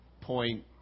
point